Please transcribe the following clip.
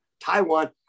Taiwan